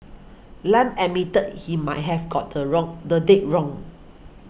Lam admitted he might have got the wrong the date wrong